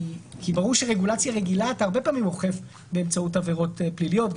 כי ברור שברגולציה רגילה אתה הרבה פעמים אוכף באמצעות עברות פליליות.